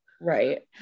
Right